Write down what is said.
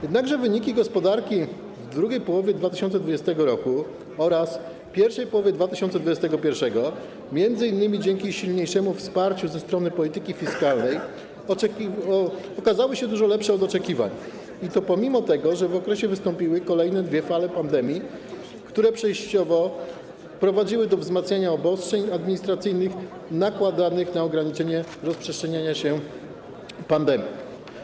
Jednakże wyniki gospodarki w drugiej połowie 2020 r. oraz w pierwszej połowie 2021 r., m.in. dzięki silniejszemu wsparciu ze strony polityki fiskalnej, okazały się dużo lepsze od oczekiwań, i to pomimo tego, że w tym okresie wystąpiły kolejne dwie fale pandemii, które przejściowo prowadziły do wzmacniania obostrzeń administracyjnych nakierowanych na ograniczenie rozprzestrzeniania się pandemii.